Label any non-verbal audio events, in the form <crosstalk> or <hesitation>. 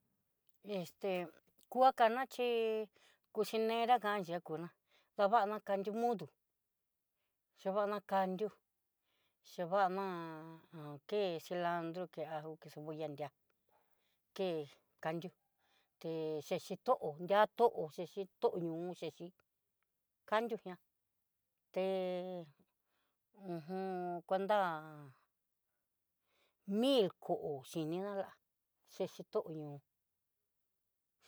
Esté kuakana chí kucinerá jan ya kuna, vavana kandió mudu chevana kandió, chevana aké cilandró, ké ajo, ke cebolla nriá ke kandió té chechitó'o nriato'ó xhexhitó yu'ú xhexhí kandió ñá té uj <hesitation> kuentá mil kó xhiniala xhexhitonió.